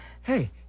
Hey